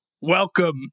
welcome